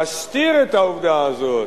להסתיר את העובדה הזאת,